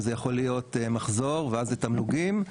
שזה יכול להיות מחזור ואז זה תמלוגים,